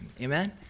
amen